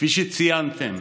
כפי שציינתם,